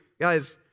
Guys